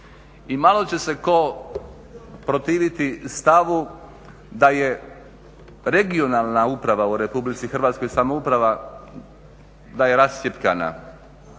i malo će se ko protiviti stavu da je regionalna uprava u RH samouprava da je rascjepkana.